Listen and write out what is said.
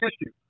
issue